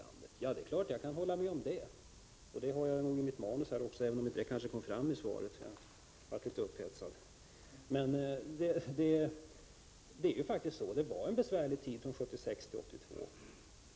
undrar finansministern. Jo, det är klart att jag kan hålla med om det. Det har jag nog i mitt manus, även om det kanske inte kom fram i mitt första inlägg när jag blev litet upphetsad. Det var en besvärlig tid från 1976 till 1982.